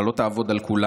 אתה לא תעבוד על כולם.